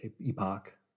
epoch